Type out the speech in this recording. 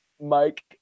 Mike